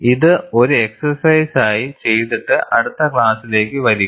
ഇത് ഒരു എക്സ്ർസൈസായി ചെയ്തിട്ട് അടുത്ത ക്ലാസിലേക്ക് വരിക